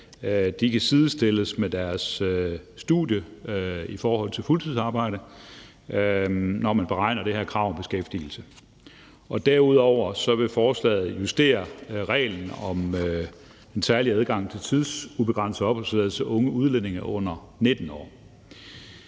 kan sidestilles med fuldtidsarbejde, når det her krav om beskæftigelse beregnes. Derudover vil forslaget justere reglen om en særlig adgang til tidsubegrænset opholdstilladelse til unge udlændinge under 19 år.